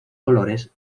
colores